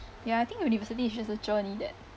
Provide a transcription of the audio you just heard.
ya I think university is just a journey that